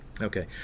Okay